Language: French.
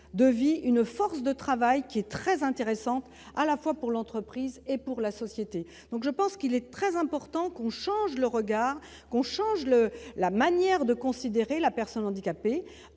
de vie, une force de travail qui est très intéressante, à la fois pour l'entreprise et pour la société, donc je pense qu'il est très important qu'on change le regard qu'on change le, la manière de considérer la personne handicapée,